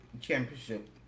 championship